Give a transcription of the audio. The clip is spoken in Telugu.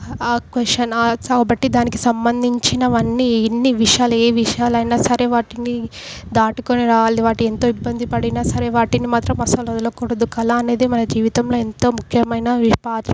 ఆ క్వశ్చన్ కాబట్టి దానికి సంబంధించినవి అన్నీ ఎన్ని విషయాలు ఏ విషయాలు అయినా సరే వాటిని దాటుకొని రావాలి వాటి ఎంతో ఇబ్బంది పడినా సరే వాటిని మాత్రం అస్సలు వదలకూడదు కళ అనేది మన జీవితంలో ఎంతో ముఖ్యమైనవి పాత్ర